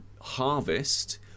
Harvest